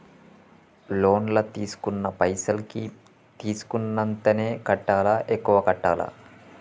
Loan లా తీస్కున్న పైసల్ కి తీస్కున్నంతనే కట్టాలా? ఎక్కువ కట్టాలా?